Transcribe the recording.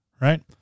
Right